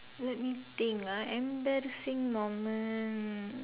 let met think ah embarrassing moment